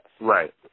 Right